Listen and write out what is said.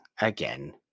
again